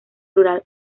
rural